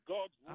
God's